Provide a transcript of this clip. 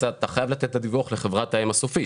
אתה חייב לתת את הדיווח לחבר האם הסופית.